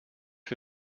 for